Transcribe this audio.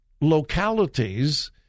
localities